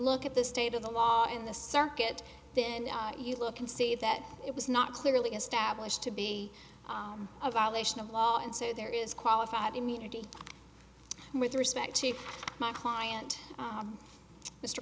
look at the state of the law in the circuit then you look and see that it was not clearly established to be a violation of law and so there is qualified immunity with respect to my client